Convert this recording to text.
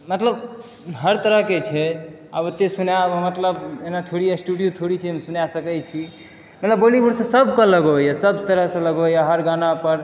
मतलब हर तरहके छै आब ओतेक सुनाएब हम मतलब एना थोड़े स्टूडियो थोड़े छी सुना सकै छी मतलब बॉलीवुडसँ सबके लगाव अइ सबतरहसँ लगाव अइ हर गानापर